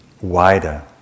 wider